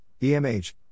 EMH